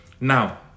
Now